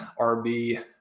RB